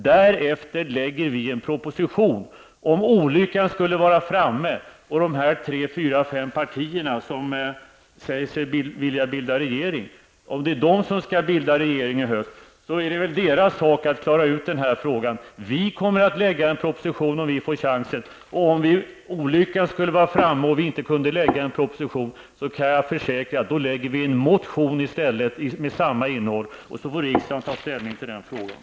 Därefter lägger vi fram en proposition. Om olyckan skulle vara framme och dessa tre, fyra, fem partier som säger sig vilja bilda regering, får bilda regering i höst blir det deras sak att klara ut den här frågan. Vi kommer att lägga fram en proposition om vi får chansen. Om olyckan är framme och det inte blir aktuellt med en proposition, avger vi i stället en motion med samma innehåll. Sedan får riksdagen ta ställning till den frågan.